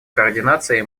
координации